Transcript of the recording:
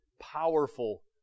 powerful